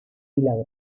milagro